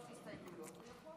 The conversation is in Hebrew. יש לו שלוש הסתייגויות.